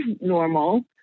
normal